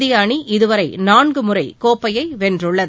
இந்திய அணி இதுவரை நான்கு முறை கோப்பையை வென்றுள்ளது